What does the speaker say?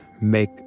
make